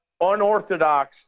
unorthodox